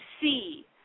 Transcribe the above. see